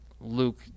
Luke